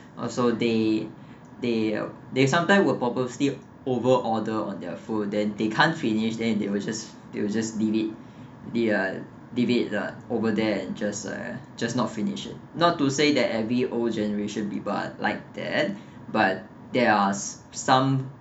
also they they uh they sometime will purposely over order on their food then they can't finish then they will just they will just leave it yah leave it lah over there and just uh just not finish it not to say that every old generation people are like that but there are some